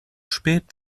spät